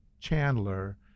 Chandler